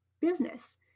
business